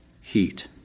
heat